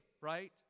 right